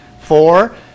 Four